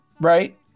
right